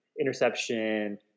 interception